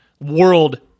world